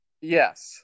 Yes